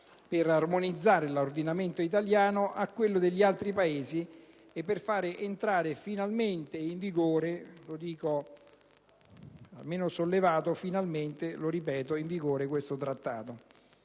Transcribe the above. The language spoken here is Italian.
per armonizzare l'ordinamento italiano a quello degli altri Paesi e per fare entrare finalmente in vigore ‑ lo dico almeno sollevato ‑ questo Trattato.